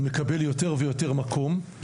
מקבל יותר ויותר מקום,